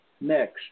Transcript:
Next